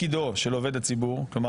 כלומר,